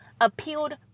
appealed